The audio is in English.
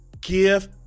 Give